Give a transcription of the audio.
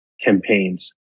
campaigns